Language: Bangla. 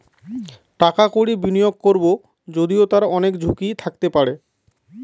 টাকা কড়ি বিনিয়োগ করবো যদিও তার অনেক ঝুঁকি থাকতে পারে